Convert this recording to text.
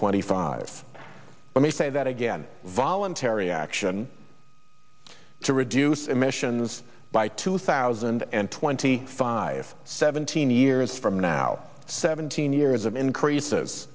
twenty five let me say that again voluntary action to reduce emissions by two thousand and twenty five seventeen years from now seventeen years of increases